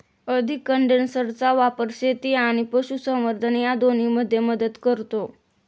अधिक कंडेन्सरचा वापर शेती आणि पशुसंवर्धन या दोन्हींमध्ये मदत करतो